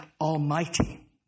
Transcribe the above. almighty